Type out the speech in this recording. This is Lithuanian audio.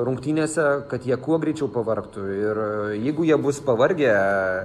rungtynėse kad jie kuo greičiau pavargtų ir jeigu jie bus pavargę